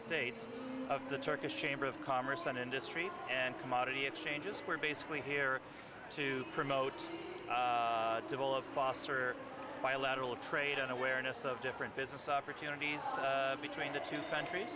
states of the turkish chamber of commerce and industry and commodity exchanges were basically here to promote develop foster bilateral trade an awareness of different business opportunities between the two countries